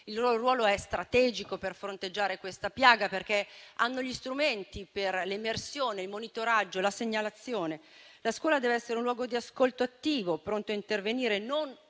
Il loro ruolo è strategico per fronteggiare questa piaga, perché hanno gli strumenti per l'emersione, il monitoraggio, la segnalazione. La scuola deve essere un luogo di ascolto attivo, pronto a intervenire, non